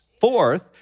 Fourth